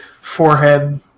forehead